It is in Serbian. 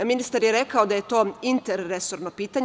Ministar je rekao da je to interresorno pitanje.